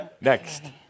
Next